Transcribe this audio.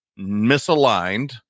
misaligned